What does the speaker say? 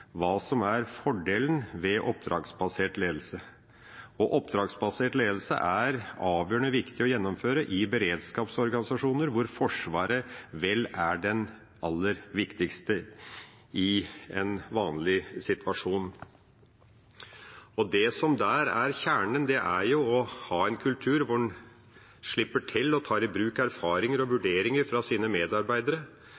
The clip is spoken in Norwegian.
hva som er fordelen med oppdragsbasert ledelse. Oppdragsbasert ledelse er avgjørende viktig å gjennomføre i beredskapsorganisasjoner, hvor Forsvaret vel er den aller viktigste i en vanlig situasjon. Det som er kjernen der, er å ha en kultur hvor en slipper til og tar i bruk erfaringer og vurderinger fra sine medarbeidere,